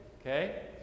okay